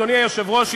אדוני היושב-ראש,